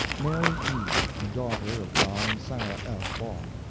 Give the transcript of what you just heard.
mary e, daughter of john and sarah f. ball.